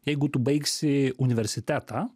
jeigu tu baigsi universitetą